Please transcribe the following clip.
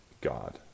God